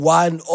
one